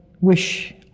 wish